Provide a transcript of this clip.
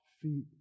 feet